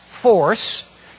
force